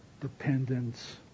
dependence